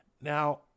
Now